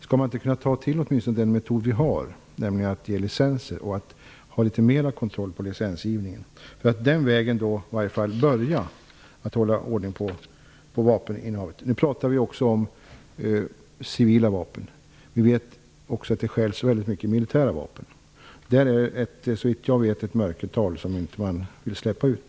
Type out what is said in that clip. Skall vi inte kunna ta till åtminstone den metod som vi har, nämligen licensgivning och litet större kontroll av licensgivningen för att den vägen börja få ordning på vapeninnehav? Vi talar nu om civila vapen. Vi vet också att det stjäls mycket militära vapen. Där är det, såvitt jag vet, ett mörkertal som man inte vill släppa ut.